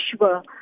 sure